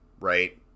right